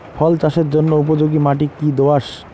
ফসল চাষের জন্য উপযোগি মাটি কী দোআঁশ?